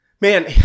Man